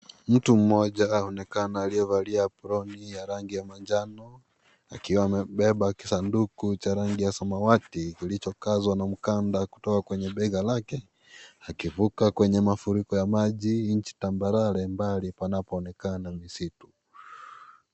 Mtu mmoja, aonekana aliyevalia aproni ya rangi ya manjano. Akiwa amebeba kisanduku cha rangi ya samawati kilichokazwa na mkanda kutoka kwenye bega lake. Akivuka kwenye mafuriko ya maji, nchi tambarare mbali panapoonekana msitu.